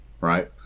right